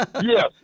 Yes